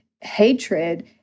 hatred